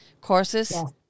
courses